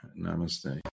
Namaste